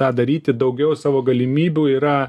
tą daryti daugiau savo galimybių yra